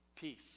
peace